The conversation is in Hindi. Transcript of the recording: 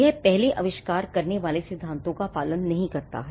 यह पहले आविष्कार करने वाले सिद्धांतों का पालन नहीं करता है